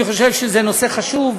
אני חושב שזה נושא חשוב,